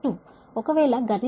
ఒకవేళ గణిస్తే మీకు 0